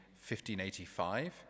1585